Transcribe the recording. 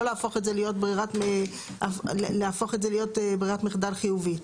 לא להפוך את זה להיות ברירת מחדל חיובי,